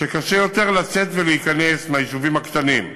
שקשה יותר לצאת ולהיכנס מהיישובים הקטנים,